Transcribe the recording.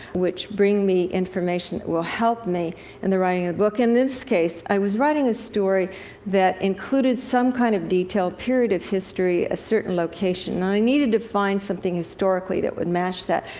which bring me information that will help me in the writing of the book. in this case, i was writing a story that included some kind of detail, period of history, a certain location. and i needed to find something historically that would match that.